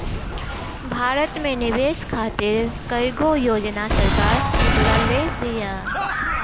भारत में निवेश खातिर कईगो योजना सरकार निकलले बिया